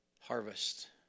harvest